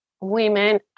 Women